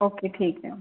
okay ठीक आहे